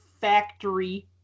factory